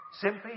Simply